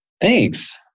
Thanks